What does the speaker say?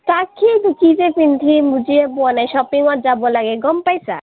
তাকেইতো কি যে পিন্ধিম বুজিয়ে পোৱা নাই শ্বপিঙত যাব লাগে গম পাইছা